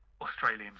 Australian